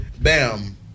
bam